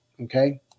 Okay